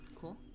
Cool